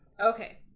okay